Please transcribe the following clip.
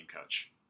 coach